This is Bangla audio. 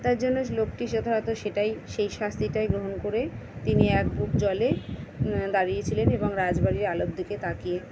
তাই জন্য লোকটি যথাযথ সেটাই সেই শাস্তিটাই গ্রহণ করে তিনি এক বুক জলে দাঁড়িয়েছিলেন এবং রাজবাড়ির আলোর দিকে তাকিয়ে